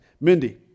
Mindy